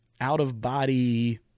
out-of-body